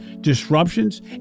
disruptions